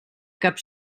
cap